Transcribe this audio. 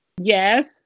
Yes